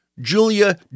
Julia